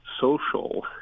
social